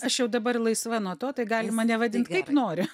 aš jau dabar laisva nuo to tai gali mane vadint kaip nori